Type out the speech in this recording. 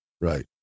right